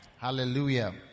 Hallelujah